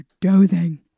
dozing